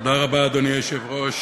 אדוני היושב-ראש,